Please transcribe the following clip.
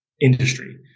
industry